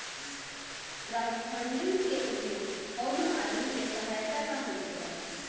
crowdfunding के उपयोग कवनो आदमी के सहायता ला होखेला